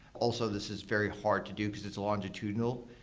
also, this is very hard to do, because it's a longitudinal,